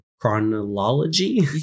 chronology